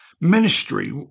ministry